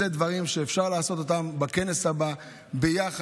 אלה דברים שאפשר לעשות בכנס הבא ביחד,